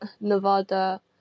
Nevada